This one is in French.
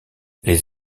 les